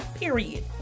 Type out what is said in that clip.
Period